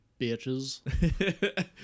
bitches